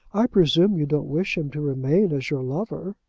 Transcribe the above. i presume you don't wish him to remain as your lover?